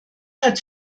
hat